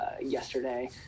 yesterday